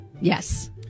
yes